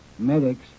Medics